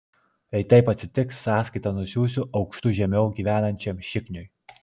jei taip atsitiks sąskaitą nusiųsiu aukštu žemiau gyvenančiam šikniui